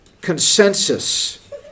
consensus